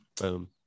Boom